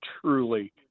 truly